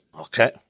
Okay